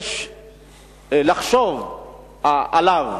יש לחשוב עליו: